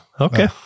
okay